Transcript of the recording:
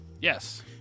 Yes